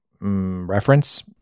reference